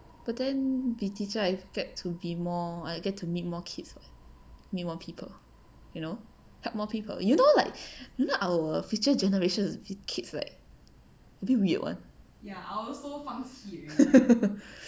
but then the teacher I've get to be more I get to meet more kids meet more people you know help more people you know like not our future generations kids leh like a bit weird [one]